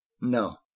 No